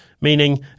meaning